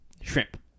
shrimp